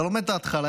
אתה לומד את ההתחלה,